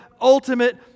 ultimate